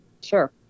sure